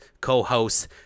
co-hosts